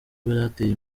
byateye